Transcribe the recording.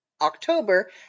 October